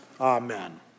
Amen